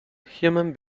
human